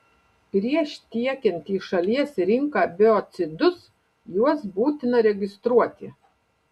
prieš tiekiant į šalies rinką biocidus juos būtina registruoti